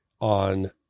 on